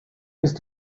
ist